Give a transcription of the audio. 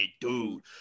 dude